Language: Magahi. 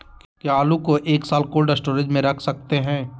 क्या आलू को एक साल कोल्ड स्टोरेज में रख सकते हैं?